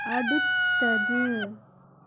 அடுத்தது